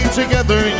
together